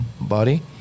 body